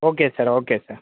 okay sir okay sir